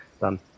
Done